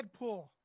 Deadpool